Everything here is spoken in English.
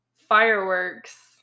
fireworks